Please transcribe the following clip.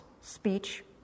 speech